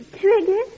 Trigger